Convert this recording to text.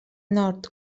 nord